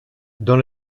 dans